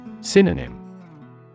Synonym